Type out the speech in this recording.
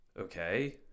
Okay